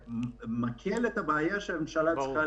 ומקל את הבעיה שהממשלה צריכה